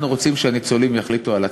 אנחנו רוצים שהניצולים יחליטו על עצמם.